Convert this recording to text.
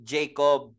Jacob